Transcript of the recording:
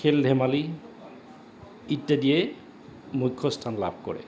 খেল ধেমালি ইত্যাদিয়ে মুখ্য স্থান লাভ কৰে